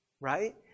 right